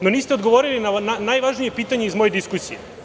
Niste odgovorili na najvažnije pitanje iz moje diskusije.